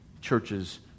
churches